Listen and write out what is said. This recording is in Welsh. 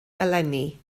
eleni